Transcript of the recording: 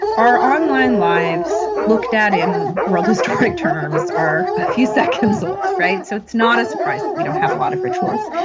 our online lives, looked at in world historic terms, are a few seconds old. so it's not a surprise that we don't have a lot of rituals,